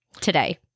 today